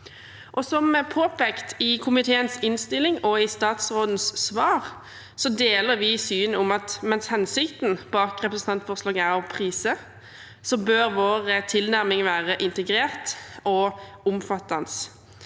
er påpekt i komiteens innstilling og i statsrådens svar, om at mens hensikten bak representantforslaget er å prise, bør vår tilnærming være integrert og omfattende.